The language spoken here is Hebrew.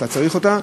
אתה צריך אותה,